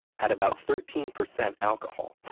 at about thirteen percent alcohol,